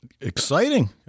exciting